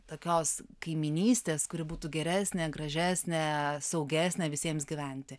tokios kaimynystės kuri būtų geresnė gražesnė saugesnė visiems gyventi